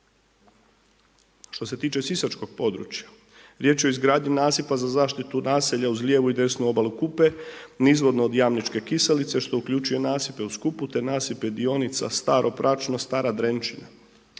Što se tiče sisačkog područja riječ je o izgradnji nasipa za zaštitu naselja uz lijevu i desnu obalu Kupe nizvodno od Jamničke Kiselice, što uključuje nasipe uz Kupu te nasipe dionica Staro Pračno, Stara Drenčina.